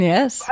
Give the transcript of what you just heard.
Yes